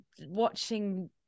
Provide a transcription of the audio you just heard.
watching